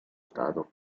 stato